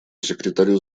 секретарю